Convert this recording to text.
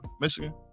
Michigan